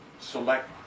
select